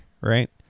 right